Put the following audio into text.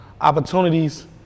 opportunities